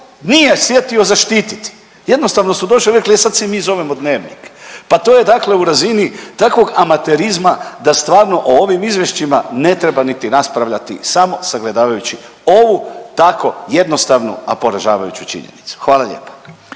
nije sjetio zaštititi. Jednostavno su došli i rekli e sad se mi zovemo Dnevnik. Pa to je, dakle u razini takvog amaterizma, da stvarno o ovim izvješćima ne treba niti raspravljati samo sagledavajući ovu tako jednostavnu a poražavajuću činjenicu. Hvala lijepa.